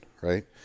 right